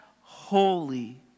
holy